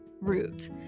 root